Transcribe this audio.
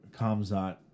Kamzat